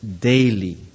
daily